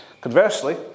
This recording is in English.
Conversely